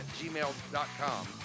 gmail.com